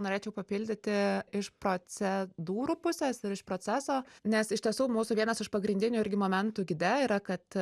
norėčiau papildyti iš procedūrų pusės ir iš proceso nes iš tiesų mūsų vienas iš pagrindinių irgi momentų gide yra kad